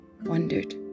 wondered